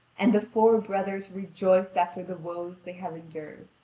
and the four brothers rejoice after the woes they have endured.